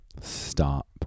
Stop